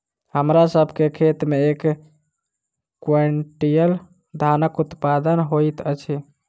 हमरा सभ के खेत में एक क्वीन्टल धानक उत्पादन होइत अछि